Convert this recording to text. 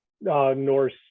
Norse